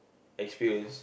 experience